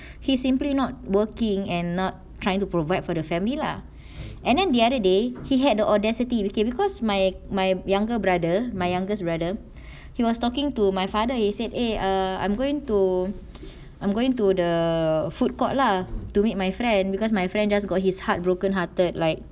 he simply not working and not trying to provide for the family lah and then the other day he had the audacity wiki because my my younger brother my youngest brother he was talking to my father he said eh err I'm going to I'm going to the food court lah to meet my friend because my friend just got his heart brokenhearted like